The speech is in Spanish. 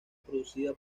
producida